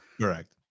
Correct